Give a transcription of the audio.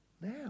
now